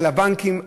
על הבנקים,